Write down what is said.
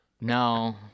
No